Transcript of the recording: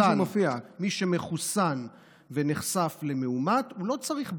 בוא לא נטעה, הוא לא צריך בידוד.